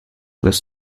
was